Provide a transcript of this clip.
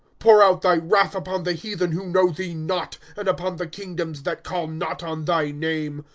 pour out thy wrath upon the heathen who know thee not, and upon the kingdoms that call not on thy name.